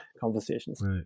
conversations